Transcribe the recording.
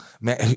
man